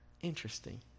Interesting